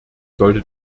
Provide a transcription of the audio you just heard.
sollte